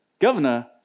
Governor